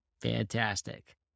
Fantastic